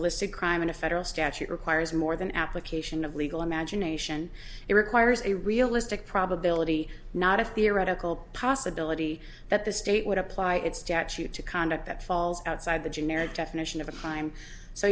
listed crime and a federal statute requires more than application of legal imagination it requires a realistic probability not a theoretical possibility that the state would apply its jack shoot to conduct that falls outside the generic definition of a crime so